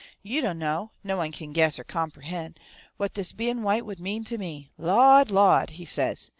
yo' don' know no one kin guess or comperhen' what des bein' white would mean ter me! lawd! lawd! he says,